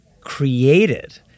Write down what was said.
created